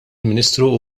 ministru